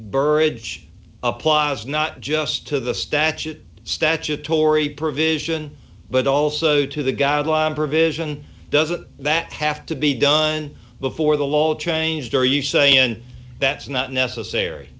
burrage applies not just to the statute statutory provision but also to the guideline provision doesn't that have to be done before the law changed are you saying that's not necessary